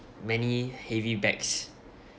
many heavy bags